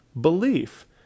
belief